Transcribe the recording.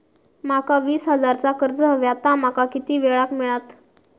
माका वीस हजार चा कर्ज हव्या ता माका किती वेळा क मिळात?